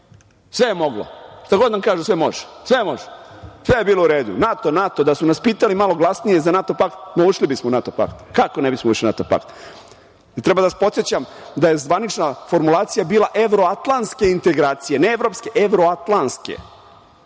Sve je moglo. Šta god nam kažu, sve može. Sve može. Sve je bilo u redu. NATO, NATO… Da su nas pitali malo glasnije za NATO pakt, ma ušli bismo u NATO pakt, kako ne bismo ušli u NATO pakt. Da li treba da vas podsećam da je zvanična formulacija bila evroatlanske integracije? Znači, ne evropske, evroatlanske.